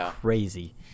crazy